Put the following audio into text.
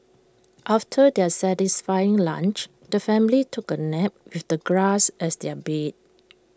after their satisfying lunch the family took A nap with the grass as their bed